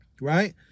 Right